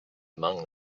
among